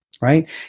right